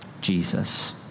Jesus